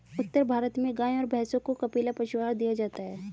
उत्तर भारत में गाय और भैंसों को कपिला पशु आहार दिया जाता है